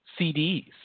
CDs